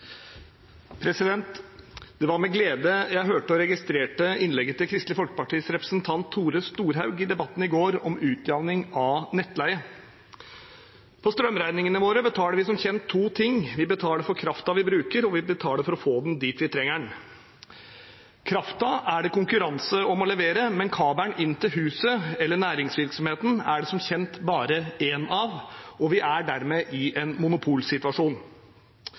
Det var med glede jeg hørte og registrerte innlegget til Kristelig Folkepartis representant Tore Storehaug i debatten i går om utjevning av nettleie. På strømregningene våre betaler vi som kjent to ting: Vi betaler for kraften vi bruker, og vi betaler for å få den dit vi trenger den. Kraften er det konkurranse om å levere, men kabelen inn til huset eller næringsvirksomheten er det som kjent bare én av, og vi er dermed i en monopolsituasjon.